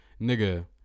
Nigga